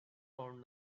found